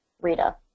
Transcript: Rita